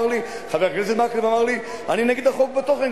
חבר הכנסת מקלב אמר לי: אני נגד החוק בתוכן,